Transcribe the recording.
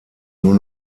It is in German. nur